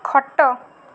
ଖଟ